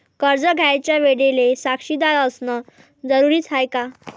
कर्ज घ्यायच्या वेळेले साक्षीदार असनं जरुरीच हाय का?